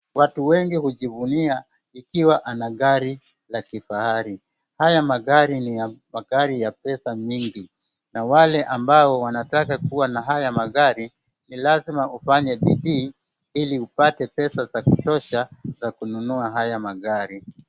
Watu wengi hujivunia ikiwa ana gari la kifahari. Haya magari ni magari ya pesa mingi na wale ambao wanataka kuwa na haya magari ni lazima ufanye bidii iliupate pesa za kutosha za kununua haya magari.